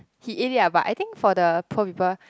he ate it ah but I think for the poor people